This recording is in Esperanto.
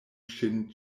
ŝin